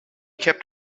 kept